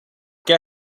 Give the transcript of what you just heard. què